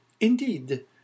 indeed